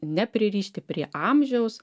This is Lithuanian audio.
nepririšti prie amžiaus